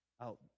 out